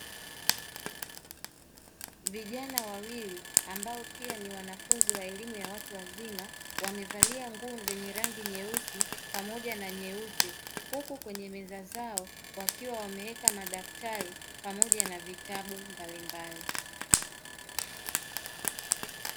Vijana wawili ambao pia ni wanafunzi wa elimu ya watu wazima, wamevalia nguo zenye rangi nyeusi pamoja na nyeupe, huku kwenye meza zao wakiwa wameweka madaftari pamoja na vitabu mbalimbali.